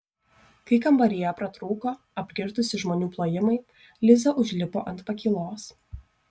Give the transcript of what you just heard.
kai kambaryje pratrūko apgirtusių žmonių plojimai liza užlipo ant pakylos